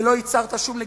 ולא ייצרת שום לגיטימציה.